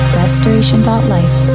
restoration.life